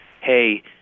hey